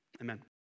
amen